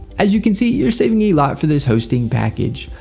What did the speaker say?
as you can see you're saving a lot for this hosting package.